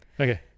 Okay